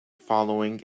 following